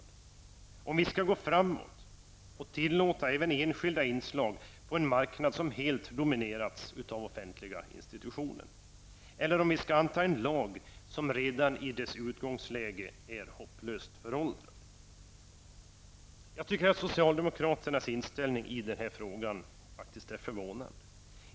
Det handlar också om vi skall gå framåt och tillåta även enskilda inslag på en marknad som helt dominerats av offentliga institutioner eller om vi skall anta en lag som redan i dess utgångsläge är hopplöst föråldrad. Jag tycker att socialdemokraternas inställning i den här frågan är förvånande.